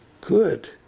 good